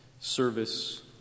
service